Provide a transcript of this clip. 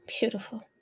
beautiful